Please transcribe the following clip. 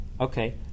Okay